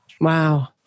Wow